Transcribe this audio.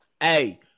Hey